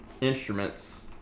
instruments